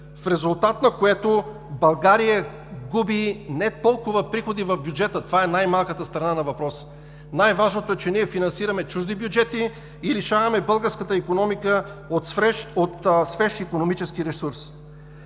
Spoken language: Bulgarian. в резултат на което България губи не толкова приходи в бюджета – това е най-малката страна на въпроса, най-важното е, че финансираме чужди бюджети и лишаваме българската икономика от свеж икономически ресурс.